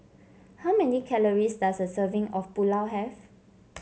how many calories does a serving of Pulao have